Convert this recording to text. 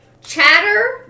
chatter